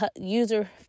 user